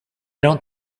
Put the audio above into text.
don’t